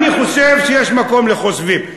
אני חושב שיש מקום לחושבים.